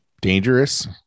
dangerous